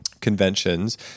conventions